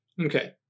Okay